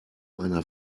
einer